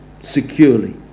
securely